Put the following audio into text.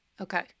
Okay